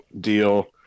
deal